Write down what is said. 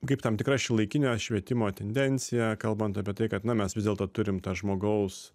kaip tam tikra šiuolaikinė švietimo tendencija kalbant apie tai kad na mes vis dėlto turim tą žmogaus